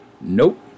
Nope